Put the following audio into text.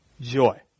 joy